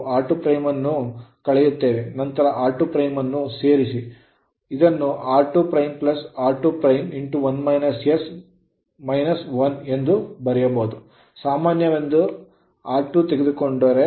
ನಾವು r2' ಅನ್ನು ಕಳೆಯುತ್ತೇವೆ ನಂತರ r2' ಅನ್ನು ಸೇರಿಸಿ ಇದನ್ನು r2' r2' 1s 1 ಎಂದು ಬರೆಯಬಹುದು ಸಾಮಾನ್ಯವೆಂದು r2' ತೆಗೆದುಕೊಂಡ